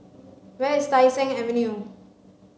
where is Tai Seng Avenue